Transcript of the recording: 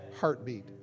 heartbeat